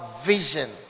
vision